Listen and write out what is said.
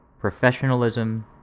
professionalism